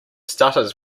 stutters